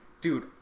Dude